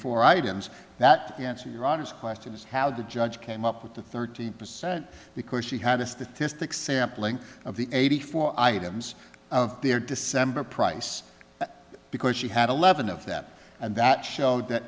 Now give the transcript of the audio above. four items that answer your honor's question is how the judge came up with the thirty percent because she had a statistic sampling of the eighty four items there december price because she had eleven of that and that showed that